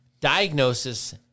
Diagnosis